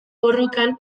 borrokan